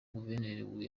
guverineri